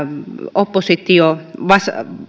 vasen